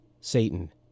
Satan